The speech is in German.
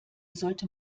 sollte